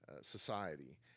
society